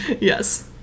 Yes